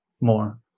more